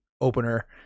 opener